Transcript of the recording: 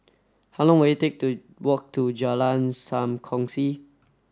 how long will it take to walk to Jalan Sam Kongsi